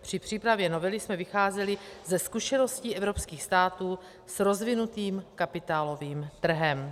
Při přípravě novely jsme vycházeli ze zkušeností evropských států s rozvinutým kapitálovým trhem.